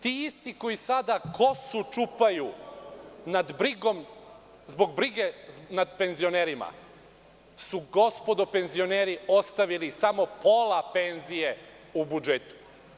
Ti isti koji sada kosu čupaju zbog brige nad penzionerima su gospodo penzioneri ostavili samo pola penzije u budžetu.